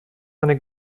eine